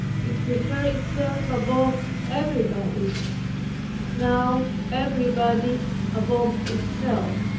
it preferred itself above everybody now everybody above itself,